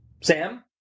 Sam